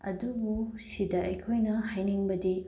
ꯑꯗꯨꯕꯨ ꯁꯤꯗ ꯑꯩꯈꯣꯏꯅ ꯍꯥꯏꯅꯤꯡꯕꯗꯤ